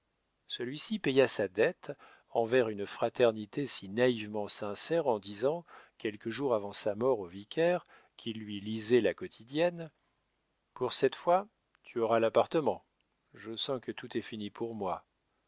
celui-ci paya sa dette envers une fraternité si naïvement sincère en disant quelques jours avant sa mort au vicaire qui lui lisait la quotidienne pour cette fois tu auras l'appartement je sens que tout est fini pour moi